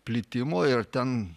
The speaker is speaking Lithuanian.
plitimo ir ten